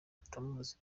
atamuzi